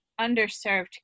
underserved